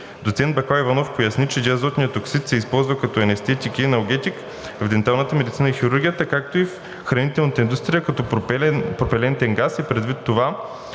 Доцент Бакаливанов поясни, че диазотният оксид се използва като анестетик и аналгетик в денталната медицина и хирургията, както и в хранителната индустрия като пропелентен газ и предвид това,